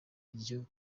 iryo